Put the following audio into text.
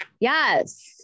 Yes